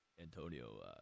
Antonio